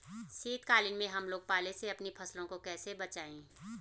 शीतकालीन में हम लोग पाले से अपनी फसलों को कैसे बचाएं?